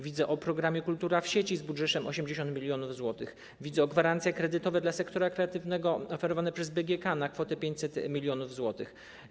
Widzę dane o programie „Kultura w sieci” z budżetem 80 mln zł, widzę gwarancje kredytowe dla sektora kreatywnego oferowane przez BGK na kwotę 500 mln zł.